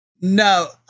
No